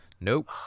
Nope